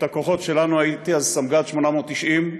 את הכוחות שלנו, הייתי אז סמג"ד 890,